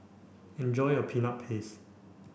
enjoy your peanut paste